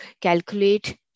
calculate